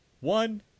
one